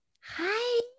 Hi